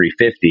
$350